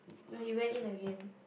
no he went in again